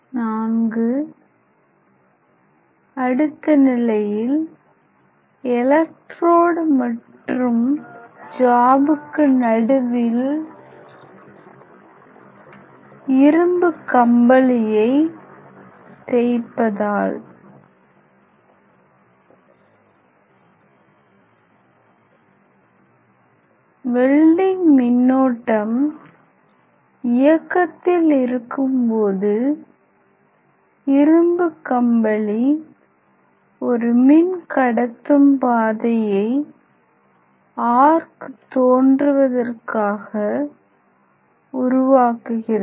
iv அடுத்த நிலையில் electrode மற்றும் ஜாபுக்கு நடுவில் இரும்பு கம்பளியை தேய்ப்பதால் வெல்டிங் மின்னோட்டம் இயக்கத்தில் இருக்கும்போது இரும்பு கம்பளி ஒரு மின் கடத்தும் பாதையை ஆர்க் தோன்றுவதற்காக உருவாக்குகிறது